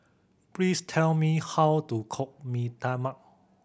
please tell me how to cook Mee Tai Mak